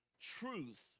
truth